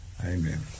Amen